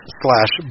slash